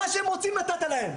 מה שהם רוצים נתת להם,